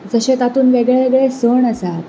जशें तातूंत वेगळे वेगळे सण आसात